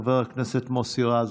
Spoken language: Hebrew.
חבר הכנסת מוסי רז,